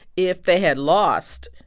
if they had lost,